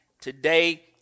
today